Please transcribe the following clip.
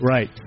Right